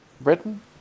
Britain